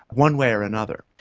one way or another.